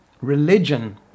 religion